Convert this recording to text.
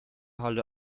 halle